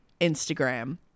Instagram